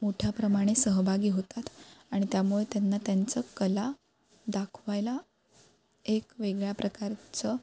मोठ्या प्रमाणे सहभागी होतात आणि त्यामुळे त्यांना त्यांचं कला दाखवायला एक वेगळ्या प्रकारचं